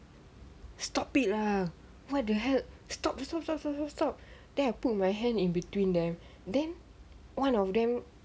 stop it lah what the hell stop stop stop stop stop then I put my hand in between them then one of them